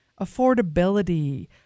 affordability